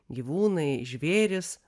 gyvūnai žvėrys